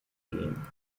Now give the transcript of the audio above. gehen